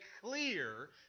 clear